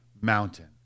mountain